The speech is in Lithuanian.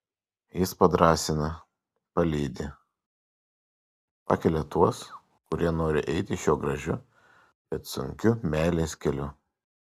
jis padrąsina palydi pakelia tuos kurie nori eiti šiuo gražiu bet sunkiu meilės keliu